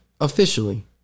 officially